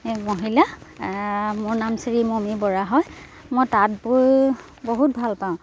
মহিলা মোৰ নাম শ্ৰী মমি বৰা হয় মই তাঁত বৈ বহুত ভাল পাওঁ